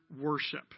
worship